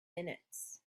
minutes